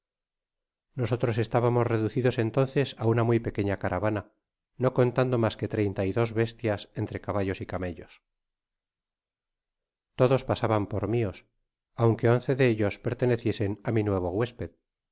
nosotros estábamos reducidos entonces á una muy pequeña caravana no contando mas que treinta y jos bestias entre caballos y camellos todos pasaban por mios aunque once de ellos perteneciesen á mi nuevo huesped